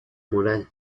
moral